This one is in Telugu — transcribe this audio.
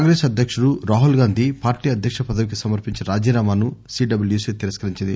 కాంగ్రెస్ అధ్యకుడు రాహుల్ గాంధీ పార్టీ అధ్యక్ష పదవికి సమర్పించిన రాజీనామాను సీడబ్లుసీ తిరస్కరించింది